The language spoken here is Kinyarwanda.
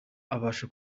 abasha